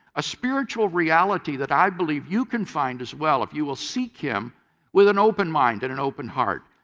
a spiritual reality that i believe you can find as well if you will seek him with an open mind and an open heart.